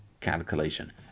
calculation